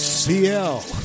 CL